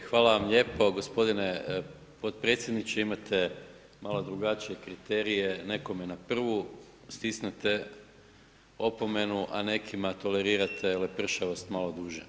Ok, hvala vam lijepo, g. potpredsjedniče imate malo drugačije kriterije, nekome na prvu stisnete opomenu, a nekima tolerirate lepršavost malo duže.